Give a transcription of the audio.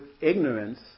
ignorance